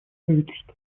правительства